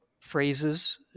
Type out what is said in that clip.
phrases